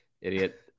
idiot